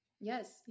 yes